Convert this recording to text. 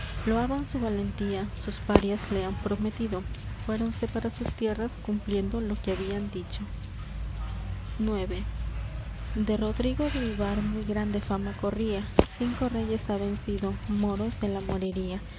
loaban su valentía sus parias le han prometido fuéronse para sus tierras cumpliendo lo que habían dicho ix de rodrigo de vivar muy grande fama corría cinco reyes ha vencido moros de la morería